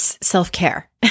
self-care